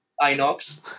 Inox